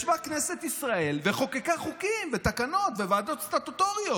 ישבה כנסת ישראל וחוקקה חוקים ותקנות בוועדות סטטוטוריות.